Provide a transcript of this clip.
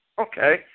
Okay